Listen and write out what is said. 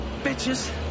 bitches